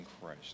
Christ